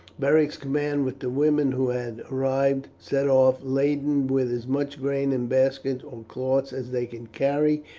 beric's command, with the women who had arrived, set off laden with as much grain in baskets or cloths as they could carry,